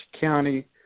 County